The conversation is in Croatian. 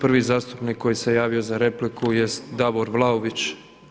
Prvi zastupnik koji se javio za repliku jest Davor Vlaović.